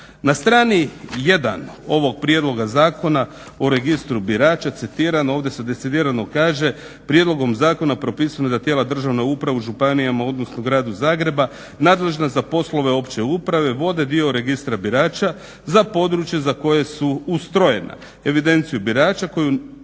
Na strani 1. ovog prijedloga Zakona o registru birača citiram ovdje se decidirano kaže: "Prijedlogom zakona propisano je da tijela državne uprave, županija, odnosno u Grada Zagreba nadležna za poslove opće uprave vode dio registra birača za područje za koje su ustrojena. Evidenciju birača koji